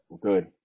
Good